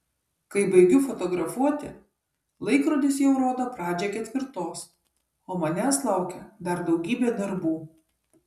kai baigiu fotografuoti laikrodis jau rodo pradžią ketvirtos o manęs laukia dar daugybė darbų